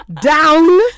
down